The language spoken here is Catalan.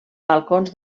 balcons